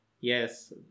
Yes